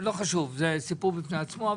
זה סיפור בפני עצמו.